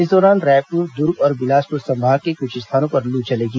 इस दौरान रायपुर दुर्ग और बिलासपुर संभाग के कुछ स्थानों पर लू चलेगी